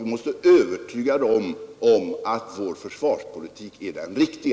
Vi måste övertyga dem om att vår försvarspolitik är den riktiga.